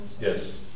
Yes